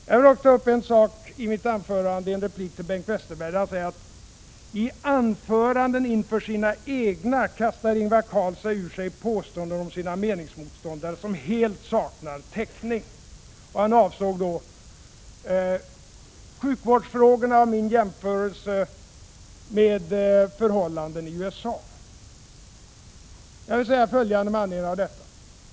Jag vill också ta upp en sak i mitt anförande i en replik till Bengt Westerberg, eftersom han sade: I anföranden inför sina egna kastar Ingvar Carlsson ur sig påståenden om sina meningsmotståndare som helt saknar täckning. Han avsåg då sjukvårdsfrågorna och min jämförelse med förhållandena i USA. Jag vill säga följande med anledning av detta.